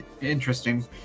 interesting